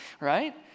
right